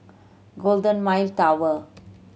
Golden Mile Tower